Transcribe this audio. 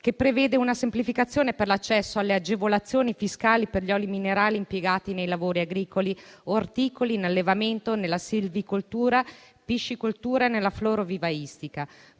che prevede una semplificazione per l'accesso alle agevolazioni fiscali per gli oli minerali impiegati nei lavori agricoli e orticoli, in allevamento, nella silvicoltura, nella piscicoltura e nella florovivaistica;